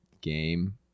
Game